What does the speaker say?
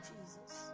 Jesus